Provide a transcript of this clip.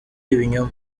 ibinyoma